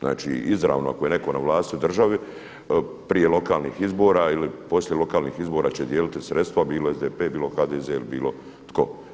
Znači izravno ako je neko na vlasti u državi prije lokalnih izbora ili poslije lokalnih izbora će dijeliti sredstva bilo SDP, bilo HDZ ili bilo tko.